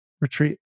retreat